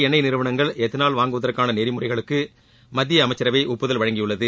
எண்ணெய் நிறுவனங்கள் எத்தனால் வாங்குவதற்கான பொதுத்துறை நெறிமுறைகளுக்கு மத்தியஅமைச்சரவை ஒப்புதல் வழங்கியுள்ளது